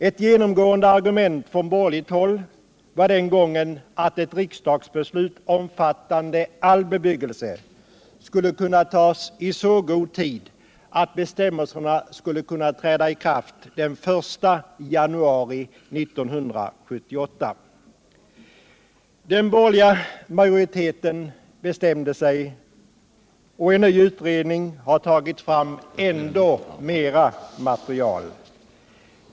Ett genomgående argument från borgerligt håll var den gången att ett riksdagsbeslut omfattande all bebyggelse skulle kunna tas i så god tid att bestämmelserna kunde träda i kraft den 1 janauri 1978. Den borgerliga majoriteten bestämde. En ny utredning har tagit fram ännu mera material.